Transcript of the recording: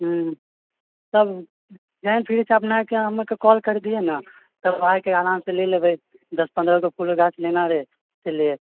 हूँ तब जखन फ्री होइ अपनेकेँ हमरा काल कर दियै ने तब आबिके अहाँ से लय लेबै दश पन्द्रह गो फूलक गाछ लेना रहै इसीलिये